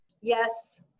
Yes